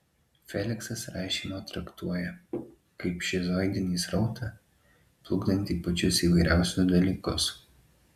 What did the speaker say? feliksas rašymą traktuoja kaip šizoidinį srautą plukdantį pačius įvairiausius dalykus